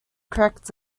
correct